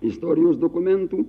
istorijos dokumentų